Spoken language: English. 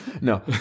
No